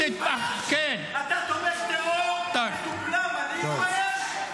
אתה תומך טרור מדופלם, ואני אתבייש?